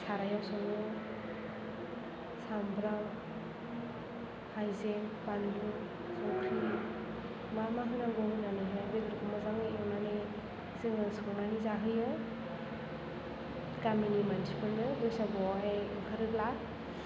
सारायाव सङो सामब्राम हाइजें बानलु संख्रि मा मा होनांगौ होनानैहाय बेदरखौ मोजाङै एवनानै जोङो संनानै जाहोयो गामिनि मानसिफोरनो बैसागुआवहाय ओंखारोब्ला